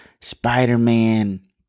Spider-Man